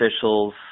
officials